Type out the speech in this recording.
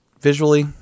visually